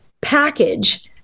package